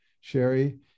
Sherry